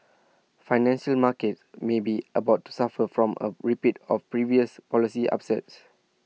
financial markets may be about to suffer from A repeat of previous policy upsets